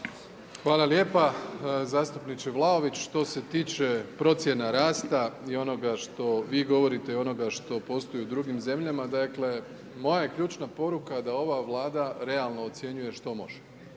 Hvala lijepa. Zastupniče Vlaović, što se tiče procjena rasta i onoga što vi govorite i onoga što postoji u drugim zemljama. Dakle, moja je ključna poruka da ova Vlada realno ocjenjuje što može,